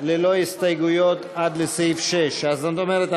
ללא הסתייגויות עד לסעיף 6. זאת אומרת,